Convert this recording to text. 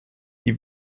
die